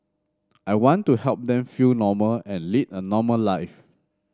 I want to help them feel normal and lead a normal life